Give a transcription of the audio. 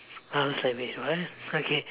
I was like wait what okay